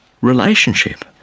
relationship